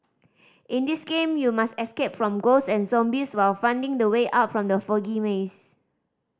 in this game you must escape from ghosts and zombies while finding the way out from the foggy maze